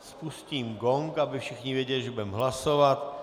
Spustím gong, aby všichni věděli, že budeme hlasovat.